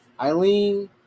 Eileen